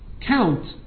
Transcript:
count